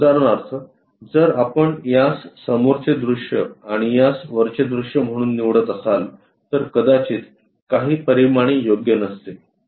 उदाहरणार्थ जर आपण यास समोरचे दृश्य आणि यास वरचे दृश्य म्हणून निवडत असाल तर कदाचित काही परिमाणे योग्य नसतील